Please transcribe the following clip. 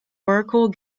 oracle